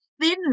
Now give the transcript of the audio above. thin